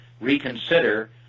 reconsider